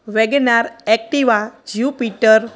vegan R Activa jupiter